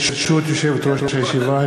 ברשות יושבת-ראש הישיבה,